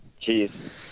Cheers